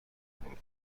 بود